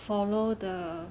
follow the